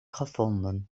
gevonden